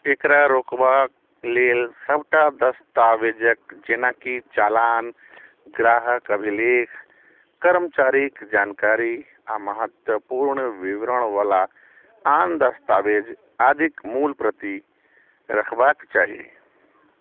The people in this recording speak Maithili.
एकरा रोकबाक लेल सबटा दस्तावेजक जेनाकि चालान ग्राहक अभिलेख कर्मचारीक जानकारी आ महत्वपूर्ण विवरणवला आन दस्तावेज आदिक मूल प्रति रखबाक चाही